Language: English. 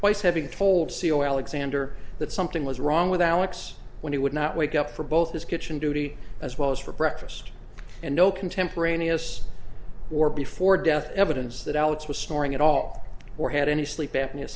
twice having told c e o alan xander that something was wrong with alex when he would not wake up for both his kitchen duty as well as for breakfast and no contemporaneous or before death evidence that alex was snoring at all or had any sleep apnea